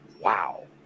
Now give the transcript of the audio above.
wow